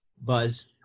Buzz